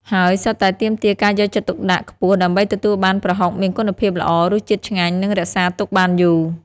ហើយសុទ្ធតែទាមទារការយកចិត្តទុកដាក់ខ្ពស់ដើម្បីទទួលបានប្រហុកមានគុណភាពល្អ រសជាតិឆ្ងាញ់ និងរក្សាទុកបានយូរ។